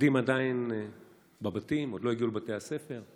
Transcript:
הילדים עדיין בבתים, עוד לא הגיעו לבתי הספר.